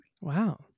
Wow